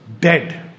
dead